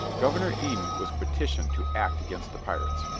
governor eden was petitioned to act against the pirates,